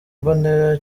mbonera